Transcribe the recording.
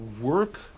work